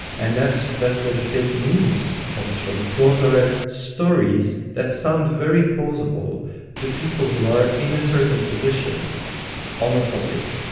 and that's that's where the fake news comes from. those are stories that sound very plausible to people who are in a certain position on a topic,